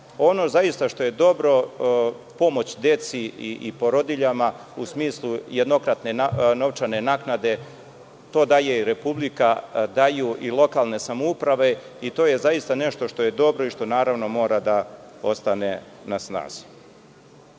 ono zaista što je dobro, pomoć deci i porodiljama u smislu jednokratne novčane naknade. To daje Republika, lokalne samouprave i to je zaista nešto što je dobro i što naravno moram da ostane na snazi. Treba